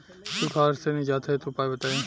सुखार से निजात हेतु उपाय बताई?